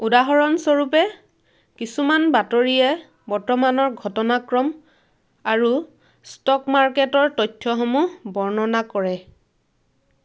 উদাহৰণস্বৰূপে কিছুমান বাতৰিয়ে বৰ্তমানৰ ঘটনাক্ৰম আৰু ষ্টক মাৰ্কেটৰ তথ্যসমূহ বৰ্ণনা কৰে